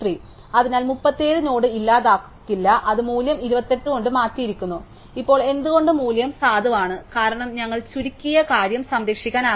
അതിനാൽ 37 നോഡ് ഇല്ലാതാക്കില്ല അത് മൂല്യം 28 കൊണ്ട് മാറ്റിയിരിക്കുന്നു ഇപ്പോൾ എന്തുകൊണ്ട് മൂല്യം സാധുവാണ് കാരണം ഞങ്ങൾ ചുരുക്കിയ കാര്യം സംരക്ഷിക്കാൻ ആഗ്രഹിക്കുന്നു